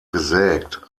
gesägt